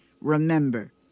remember